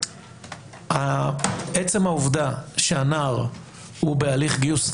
עצם העובדה שהנער בהליך גיוס,